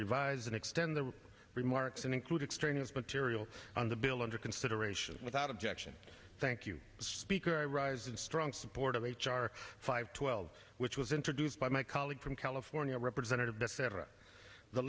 revise and extend their remarks and include extraneous material on the bill under consideration without objection thank you speaker i rise in strong support of h r five twelve which was introduced by my colleague from california representative beth cetera the